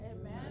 Amen